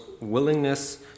willingness